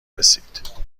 رسید